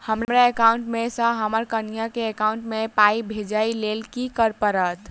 हमरा एकाउंट मे सऽ हम्मर कनिया केँ एकाउंट मै पाई भेजइ लेल की करऽ पड़त?